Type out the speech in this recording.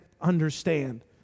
understand